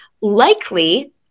likely